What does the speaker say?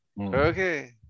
okay